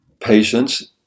Patience